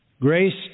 Grace